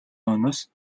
хойноос